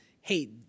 hey